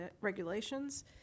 regulations